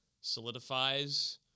solidifies